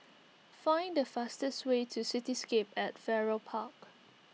find the fastest way to Cityscape at Farrer Park